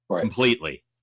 completely